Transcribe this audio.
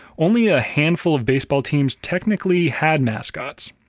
only a handful of baseball teams technically had mascots.